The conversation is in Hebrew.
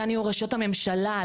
כאן יהיו ראשות הממשלה,